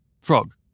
Frog